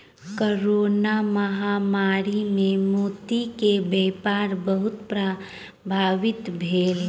corona महामारी मे मोती के व्यापार बहुत प्रभावित भेल